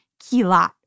kilat